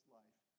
life